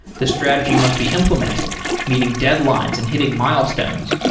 the strategy must be implemented, meeting deadline and hitting milestones.